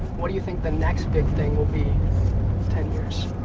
what do you think the next big thing will be in ten years?